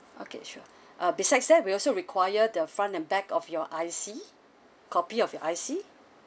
okay sure uh besides that we also require the front and back of your I_C copy of your I_C